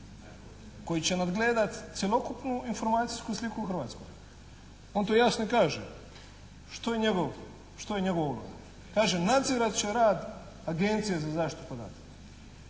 koji će nadgledati cjelokupnu informacijsku sliku u Hrvatskoj. On to jasno i kaže. Što je njegova uloga? Kaže: nadzirat će rad Agencije za zaštitu podataka.